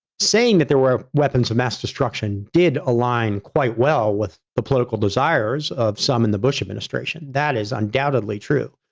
saying that there were weapons of mass destruction did align quite well with the political desires of some in the bush administration. that is undoubtedly true.